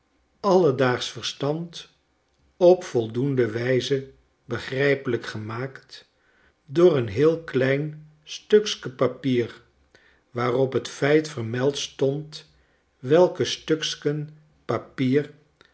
alledaagsch verstand op voldoende wijze begrijpelijkgemaakt door een heel klein stuksken papier waarop het feit vermeld stond welk stuksken papier